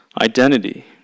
identity